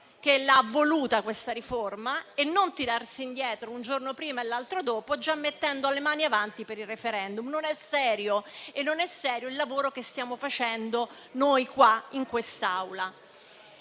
che ha voluto questa riforma, anziché tirarsi indietro un giorno prima e l'altro dopo, mettendo le mani avanti per il *referendum*. Non è serio e non è serio neanche il lavoro che stiamo facendo noi in quest'Aula.